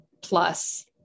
plus